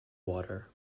water